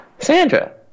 Sandra